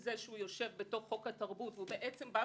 זה שהוא יושב בתוך חוק התרבות והוא אומר: